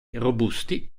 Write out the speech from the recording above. robusti